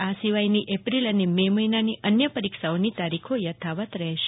આ સિવાયની એપ્રિલ અને મે મહિનાની અન્ય પરીક્ષાની તારીખો યથાવત રહેશે